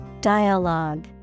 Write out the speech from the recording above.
Dialogue